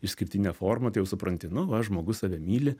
išskirtinę formą tai jau supranti nu va žmogus save myli